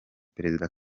perezida